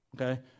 okay